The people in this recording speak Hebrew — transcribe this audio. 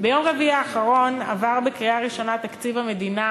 ביום רביעי האחרון עבר בקריאה ראשונה תקציב המדינה